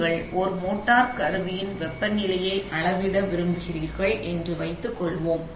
நீங்கள் ஒரு மோட்டார் சுருளின்வெப்பநிலையை அளவிட விரும்புகிறீர்கள் என்று வைத்து கொள்வோம்